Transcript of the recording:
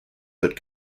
that